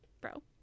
bro